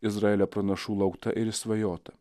izraelio pranašų laukta ir išsvajota